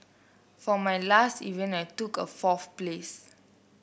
for my last event I took a fourth place